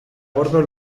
bordo